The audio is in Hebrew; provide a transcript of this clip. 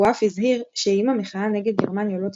הוא אף הזהיר שאם המחאה נגד גרמניה לא תיפסק,